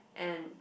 and